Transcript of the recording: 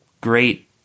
great